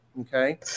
Okay